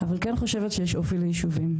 אבל כן חושבת שיש אופי ליישובים,